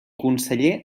conseller